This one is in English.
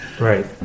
Right